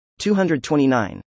229